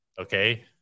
Okay